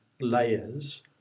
layers